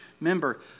member